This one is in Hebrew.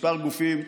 כמה גופים,